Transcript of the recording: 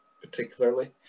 particularly